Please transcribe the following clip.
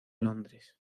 londres